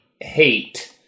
hate